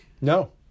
No